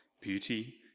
beauty